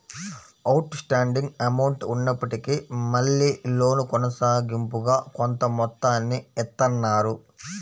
out standing amount ఉన్నప్పటికీ మళ్ళీ loan కొనసాగింపుగా కొంత మొత్తాన్ని ఇత్తన్నారు